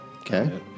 Okay